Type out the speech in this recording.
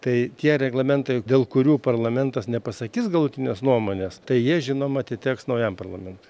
tai tie reglamentai dėl kurių parlamentas nepasakys galutinės nuomonės tai jie žinoma atiteks naujam parlamentui